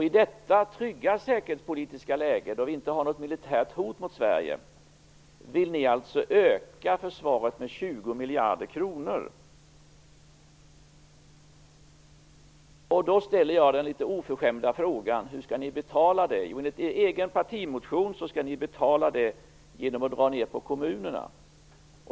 I detta trygga säkerhetspolitiska läge, då vi inte har något militärt hot mot Sverige, vill ni alltså öka anslaget till försvaret med 20 miljarder kronor. Då ställer jag den litet oförskämda frågan: Hur skall ni betala det? Enligt er egen partimotion skall ni betala det genom att dra ned på kommunerna.